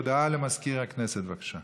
הודעה למזכיר הכנסת, בבקשה.